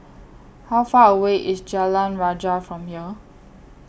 How Far away IS Jalan Rajah from here